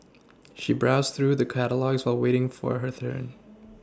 she browsed through the catalogues while waiting for her turn